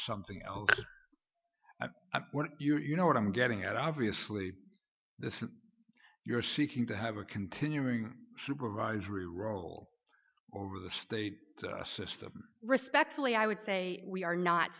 something else you know what i'm getting at obviously this if you're seeking to have a continuing supervisory role over the state system respectfully i would say we are not